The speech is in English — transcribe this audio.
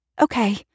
Okay